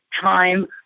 time